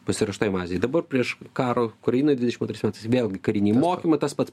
pasiruoštoje bazėj dabar prieš karą ukrainoj dvidešim antrais metais vėlgi kariniai mokymai tas pats